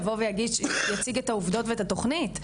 יבוא ויציג את העובדות ואת התוכנית,